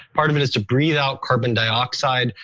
part of it is to breathe out carbon dioxide,